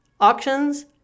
Auctions